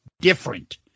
different